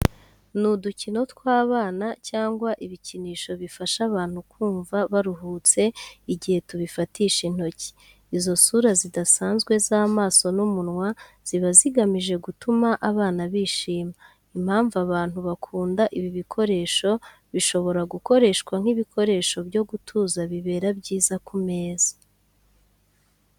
Ni udukino tw’abana cyangwa ibikinisho bifasha abantu kumva baruhutse igihe tubifatisha intoki. Izo sura zidasanzwe z'amaso n’umunwa ziba zigamije gutuma abana bishima. Impamvu abantu bakunda ibi bikoresho, bishobora gukoreshwa nk’ibikoresho byo gutuza bibera byiza ku meza.